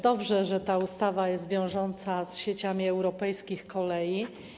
Dobrze, że ta ustawa jest wiążąca z sieciami europejskich kolei.